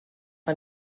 ein